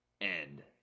End